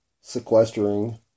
sequestering